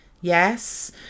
Yes